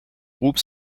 groupe